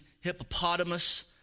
hippopotamus